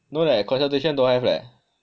no leh consultation don't have leh